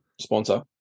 sponsor